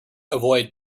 avoid